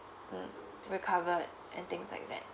mm recovered and things like that